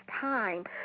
time